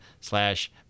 slash